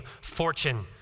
fortune